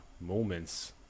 moments